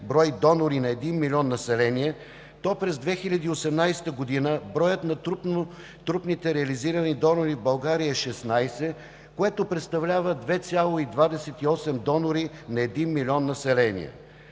брой донори на 1 милион население, то през 2018 г. броят на трупните реализирани донори в България е 16. Това представлява 2,28 донори на 1 милион население.